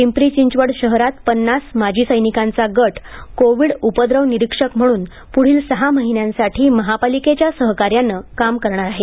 पिंपरी चिंचवड शहरात पन्नास माजी सैनिकांचा गट कोविड उपद्रव निरीक्षक म्हणून प्ढील सहा महिन्यांसाठी महापालिकेच्या सहकार्यानं काम करणार आहे